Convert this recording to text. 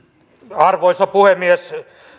arvoisa puhemies